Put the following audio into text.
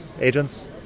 agents